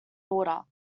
order